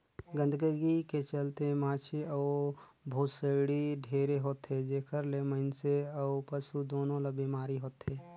गंदगी के चलते माछी अउ भुसड़ी ढेरे होथे, जेखर ले मइनसे अउ पसु दूनों ल बेमारी होथे